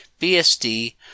BSD